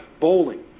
bowling